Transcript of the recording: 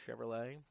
Chevrolet